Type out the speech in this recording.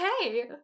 okay